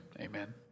amen